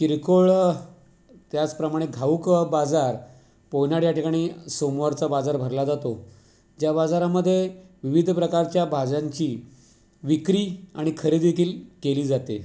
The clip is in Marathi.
किरकोळ त्याचप्रमाणे घाऊक बाजार पोहणाड या ठिकाणी सोमवारचा बाजार भरला जातो ज्या बाजारामध्ये विविध प्रकारच्या भाज्यांची विक्री आणि खरेदी केल केली जाते